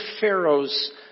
Pharaoh's